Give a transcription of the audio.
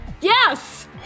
Yes